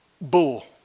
Bull